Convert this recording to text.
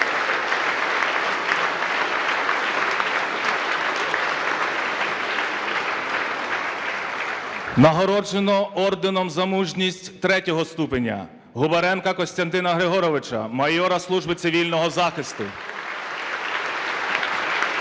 Нагороджено орденом "За мужність" ІІІ ступеня: Губаренка Костянтина Григоровича, майора служби цивільного захисту (Оплески)